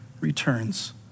returns